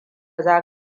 za